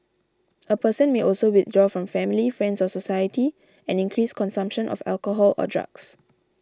a person may also withdraw from family friends or society and increase consumption of alcohol or drugs